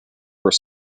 were